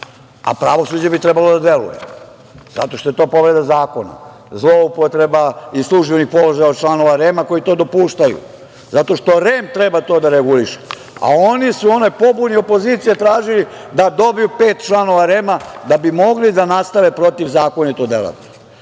a pravosuđe bi trebalo da deluje zato što je to povreda zakona, zloupotreba službenog položaja članova REM-a koji to dopuštaju, zato što REM treba to da reguliše, oni su u onoj pobuni opozicije tražili da dobiju pet članova REM-a da bi mogli da nastave protivzakonito da